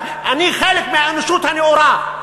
אני חלק מהאנושות הנאורה,